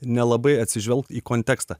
nelabai atsižvelgt į kontekstą